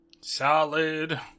Solid